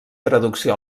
traducció